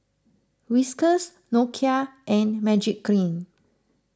Whiskas Nokia and Magiclean